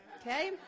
Okay